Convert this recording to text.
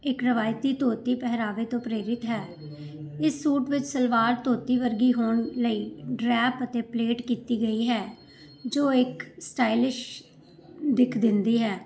ਇੱਕ ਰਵਾਇਤੀ ਧੋਤੀ ਪਹਿਰਾਵੇ ਤੋਂ ਪ੍ਰੇਰਿਤ ਹੈ ਇਸ ਸੂਟ ਵਿੱਚ ਸਲਵਾਰ ਧੋਤੀ ਵਰਗੀ ਹੋਣ ਲਈ ਡਰੈਪ ਅਤੇ ਪਲੇਟ ਕੀਤੀ ਗਈ ਹੈ ਜੋ ਇੱਕ ਸਟਾਈਲਿਸ਼ ਦਿਖ ਦਿੰਦੀ ਹੈ